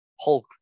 Hulk